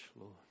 Lord